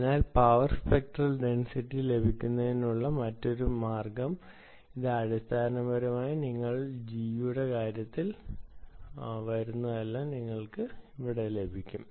അതിനാൽ power spectral density ലഭിക്കുന്നതിനുള്ള മറ്റൊരു മാർഗ്ഗം ഇതാ അടിസ്ഥാനപരമായി G യുടെ കാര്യത്തിൽ വരുന്നതെല്ലാം നിങ്ങൾക്ക് ലഭിക്കും